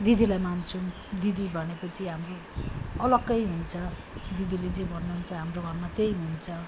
दिदीलाई मान्छौँ दिदी भने पछि हाम्रो अलग्गै हुन्छ दिदीले जे भन्नु हुन्छ हाम्रो घरमा त्यही हुन्छ